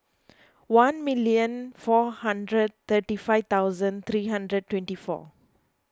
one million four hundred thirty five thousand three hundred twenty four